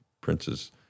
Prince's